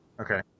Okay